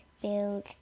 build